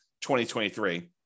2023